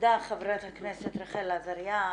תודה חברת הכנסת רחל עזריה.